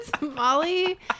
Molly